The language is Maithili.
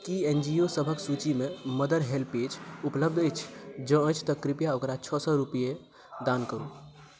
की एन जी ओ सभक सूचीमे मदर हेल्पऐज उपलब्ध अछि जँ अछि तऽ कृपया ओकरा छओ सए रूपैआ दान करू